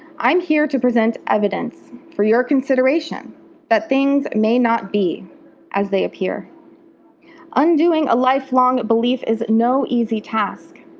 i'm here to present evidence for your consideration that things may not be as they appear undoing a life-long belief is no easy task.